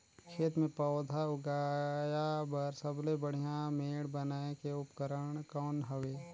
खेत मे पौधा उगाया बर सबले बढ़िया मेड़ बनाय के उपकरण कौन हवे?